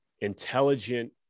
intelligent